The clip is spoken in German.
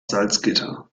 salzgitter